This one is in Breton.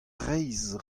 reizh